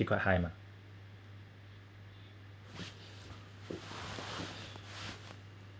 quite high mah